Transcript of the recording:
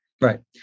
Right